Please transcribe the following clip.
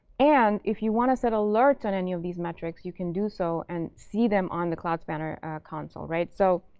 and if you want to set alerts on any of these metrics, you can do so and see them on the cloud spanner console. so